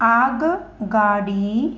आगगाडी